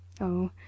Oh